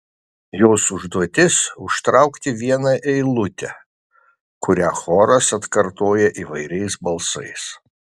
jos užduotis užtraukti vieną eilutę kurią choras atkartoja įvairiais balsais